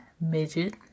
midget